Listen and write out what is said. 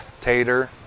Tater